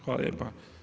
Hvala lijepo.